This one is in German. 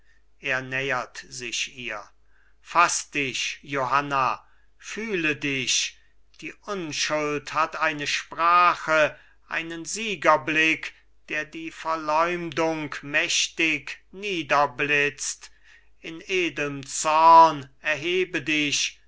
er nähert sich ihr faß dich johanna fühle dich die unschuld hat eine sprache einen siegerblick der die verleumdung mächtig niederblitzt in edelm zorn erhebe dich